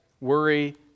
worry